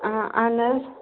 آ اَہَن حظ